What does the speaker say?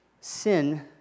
Sin